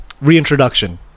reintroduction